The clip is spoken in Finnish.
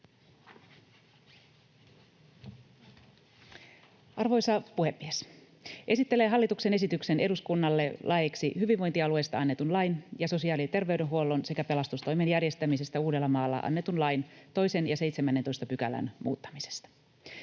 Arvoisa puhemies! Esittelen hallituksen esityksen eduskunnalle laeiksi hyvinvointialueesta annetun lain ja sosiaali- ja terveydenhuollon sekä pelastustoimen järjestämisestä Uudellamaalla annetun lain 2 ja 17 §:n muuttamisesta.